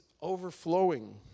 overflowing